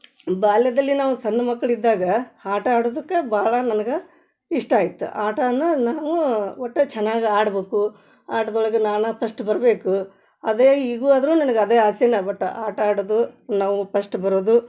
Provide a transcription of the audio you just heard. ಬಾಲ್ಯದಲ್ಲಿ ನಾವು ಸಣ್ ಮಕ್ಕಳಿದ್ದಾಗ ಆಟ ಆಡುದಕ್ಕೆ ಬಹಳ ನನ್ಗೆ ಇಷ್ಟ ಇಟ್ಟು ಆಟನ ನಾವು ಒಟ್ಟು ಚೆನ್ನಾಗಿ ಆಡ್ಬೇಕು ಆಟದೊಳ್ಗೆ ನಾನೇ ಪಶ್ಟ್ ಬರಬೇಕು ಅದೇ ಈಗೂ ಆದರೂ ನನ್ಗೆ ಅದೇ ಆಸೆನೇ ಬಟ್ ಆಟ ಆಡೋದು ನಾವು ಪಶ್ಟ್ ಬರೋದು